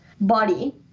body